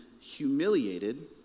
humiliated